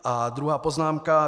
A druhá poznámka.